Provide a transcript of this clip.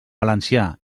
valencià